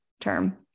term